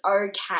okay